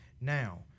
Now